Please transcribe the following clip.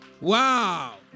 Wow